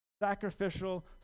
sacrificial